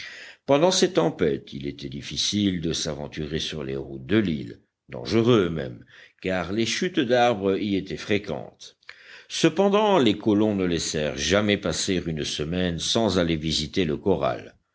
pendant ces tempêtes il était difficile de s'aventurer sur les routes de l'île dangereux même car les chutes d'arbres y étaient fréquentes cependant les colons ne laissèrent jamais passer une semaine sans aller visiter le corral